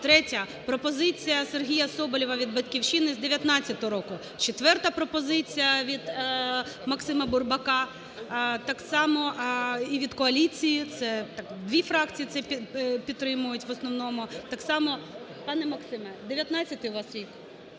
Третя пропозиція Сергія Соболєва від "Батьківщини": з 2019 року. Четверта пропозиція - від Максима Бурбака, так само і від коаліції, це дві фракції це підтримують в основному, так само… Пане Максиме, 2019 у вас рік,